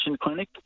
Clinic